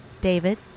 david